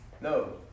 No